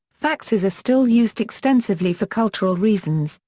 faxes are still used extensively for cultural reasons.